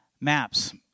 MAPS